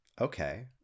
Okay